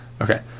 Okay